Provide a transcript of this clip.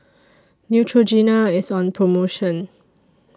Neutrogena IS on promotion